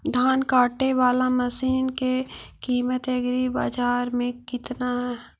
धान काटे बाला मशिन के किमत एग्रीबाजार मे कितना है?